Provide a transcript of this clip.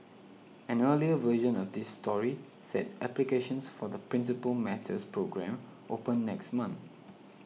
an earlier version of this story said applications for the Principal Matters programme open next month